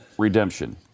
Redemption